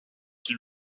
qui